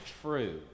true